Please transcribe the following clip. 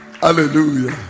Hallelujah